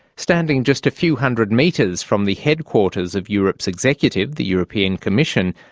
standing just a few hundred metres from the headquarters of europe's executive, the european commission,